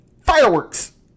Fireworks